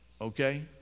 okay